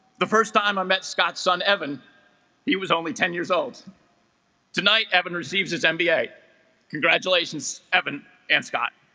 the first time i met scott's son evan he was only ten years old tonight evan receives his and mba congratulations evan and scott